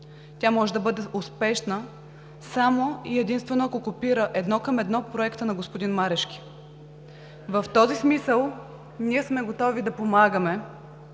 Тя може да бъде успешна само и единствено, ако копира едно към едно проекта на господин Марешки. В този смисъл ние сме готови да помагаме,